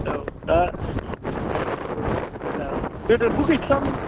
औ दा औ गोदोथ' गैथारामोन